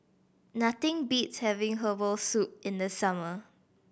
nothing beats having herbal soup in the summer